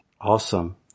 Awesome